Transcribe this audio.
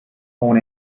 own